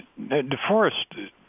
DeForest